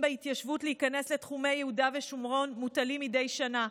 בהתיישבות להיכנס לתחומי יהודה ושומרון מוטלים מדי שנה,